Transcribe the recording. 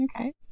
Okay